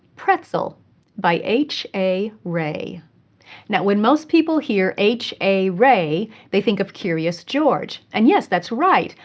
pretzel by h. a. rey when most people hear h. a. rey, they think of curious george. and yes, that's right,